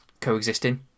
coexisting